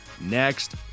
next